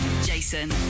Jason